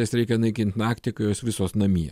jas reikia naikint naktį kai jos visos namie